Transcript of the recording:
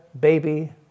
baby